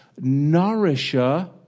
nourisher